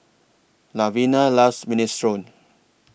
Lavina loves Minestrone